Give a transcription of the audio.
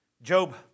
Job